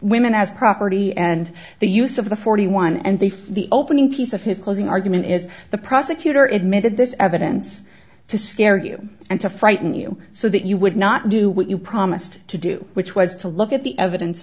women as property and the use of the forty one and they for the opening piece of his closing argument is the prosecutor admitted this evidence to scare you and to frighten you so that you would not do what you promised to do which was to look at the evidence